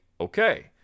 okay